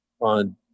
on